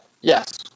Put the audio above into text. Yes